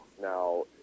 now